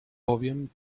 powiem